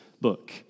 book